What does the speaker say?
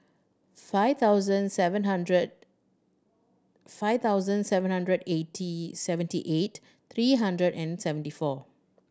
five thousand seven hundred five thousand seven hundred eighty seventy eight three hundred and seventy four